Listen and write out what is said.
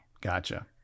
Gotcha